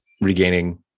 regaining